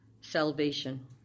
salvation